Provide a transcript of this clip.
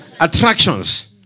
Attractions